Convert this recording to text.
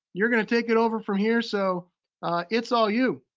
you're gonna take it over from here. so it's all you.